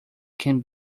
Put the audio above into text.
can